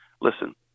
listen